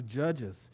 judges